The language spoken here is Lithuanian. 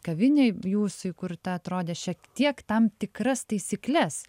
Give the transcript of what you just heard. kavinė jūsų įkurta atrodė šiek tiek tam tikras taisykles